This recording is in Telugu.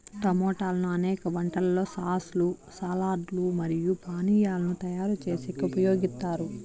టమోటాలను అనేక వంటలలో సాస్ లు, సాలడ్ లు మరియు పానీయాలను తయారు చేసేకి ఉపయోగిత్తారు